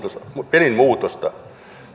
pelisääntömuutosta